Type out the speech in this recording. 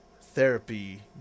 therapy